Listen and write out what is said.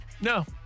No